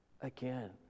again